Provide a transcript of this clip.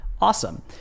awesome